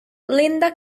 linda